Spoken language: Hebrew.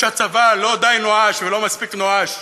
שהצבא לא די נואש ולא מספיק נואש